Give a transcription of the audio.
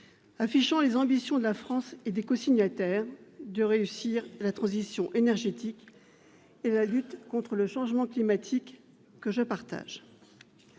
affiche les ambitions de la France et des cosignataires en matière de transition énergétique et de lutte contre le changement climatique. Je partage